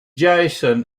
jason